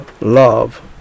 love